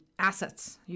Assets